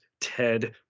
Ted